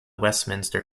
westminster